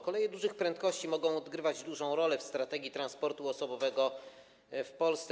Koleje dużych prędkości mogą odgrywać dużą rolę w strategii transportu osobowego w Polsce.